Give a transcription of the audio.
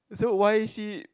so why is she